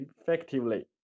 effectively